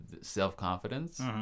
self-confidence